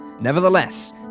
Nevertheless